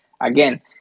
Again